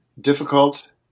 difficult